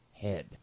head